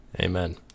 amen